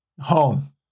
home